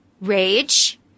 rage